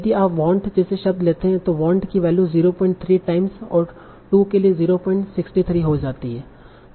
यदि आप वांट जैसे शब्द लेते हैं तो वांट कि वैल्यू 03 टाइम्स और टू के लिए 063 हो जाती है